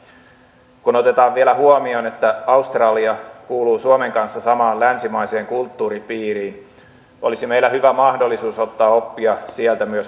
kun otetaan vielä huomioon että australia kuuluu suomen kanssa samaan länsimaiseen kulttuuripiiriin olisi meillä hyvä mahdollisuus ottaa oppia sieltä myös maahanmuuttopolitiikassa